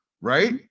Right